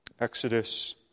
Exodus